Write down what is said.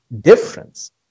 difference